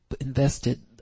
invested